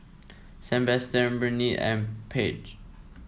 Sebastian Burnett and Paige